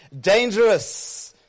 dangerous